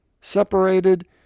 Separated